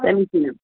समीचीनम्